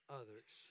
others